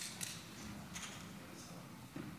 אדוני היושב-ראש,